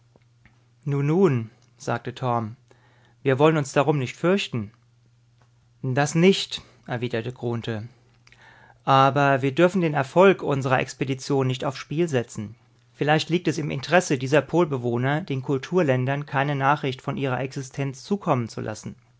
nun sagte torm wir wollen uns darum nicht fürchten das nicht erwiderte grunthe aber wir dürfen den erfolg unserer expedition nicht aufs spiel setzen vielleicht liegt es im interesse dieser polbewohner den kulturländern keine nachricht von ihrer existenz zukommen zu lassen